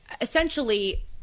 essentially